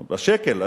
בשקל,